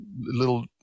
little